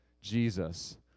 Jesus